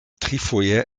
trifoje